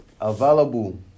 available